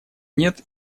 нет